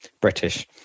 British